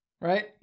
right